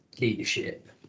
leadership